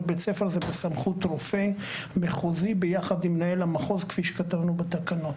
ובית ספר זה בסמכות רופא מחוזי ביחד עם מנהל המחוז כפי שכתבנו בתקנות.